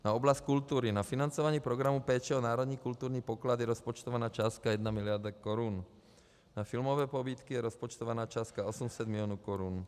Na oblast kultury na financování programu péče o národní kulturní poklady je rozpočtovaná částka 1 miliarda Kč, na filmové pobídky je rozpočtovaná částka 800 milionů Kč.